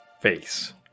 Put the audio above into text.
face